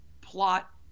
plot